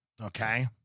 Okay